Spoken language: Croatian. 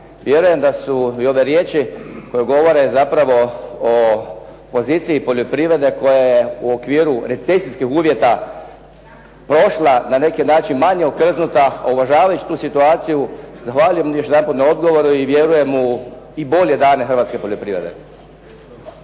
Vjerujem da su i ove riječi koje govore zapravo o poziciji poljoprivrede koja je u okviru recesijskih uvjeta prošla na neki način manje okrznuta uvažavajući tu situaciju zahvaljujem još jedanput na odgovoru i vjerujem u i bolje dane hrvatske poljoprivrede.